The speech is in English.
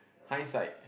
hindsight